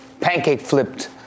pancake-flipped